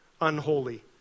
unholy